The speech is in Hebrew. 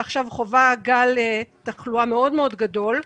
שעכשיו חווה גל תחלואה מאוד מאוד גדול,